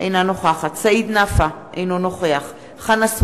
אינה נוכחת סעיד נפאע, אינו נוכח חנא סוייד,